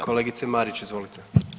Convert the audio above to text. Kolegice Marić, izvolite.